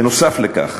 בנוסף לכך,